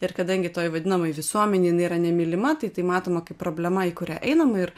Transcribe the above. ir kadangi toj vadinamoj visuomenėj jinai nėra nemylima tai tai matoma kaip problema į kurią einam ir